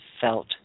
felt